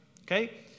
Okay